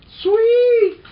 Sweet